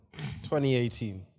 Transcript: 2018